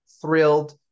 thrilled